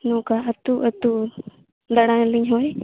ᱱᱚᱝᱠᱟ ᱟᱹᱛᱩ ᱟᱹᱛᱩ ᱫᱟᱲᱟᱭᱟᱞᱤᱧ ᱦᱳᱭ